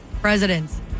Presidents